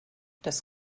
das